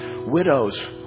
widows